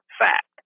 fact